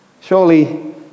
Surely